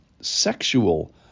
Sexual